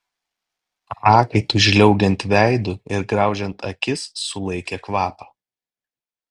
prakaitui žliaugiant veidu ir graužiant akis sulaikė kvapą